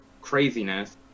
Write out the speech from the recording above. craziness